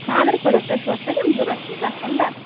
خانٛدرٕ خٲطرٕ تۄہہِ چھِوا سٲِلم ضروٗرت دَہ پنٛداہ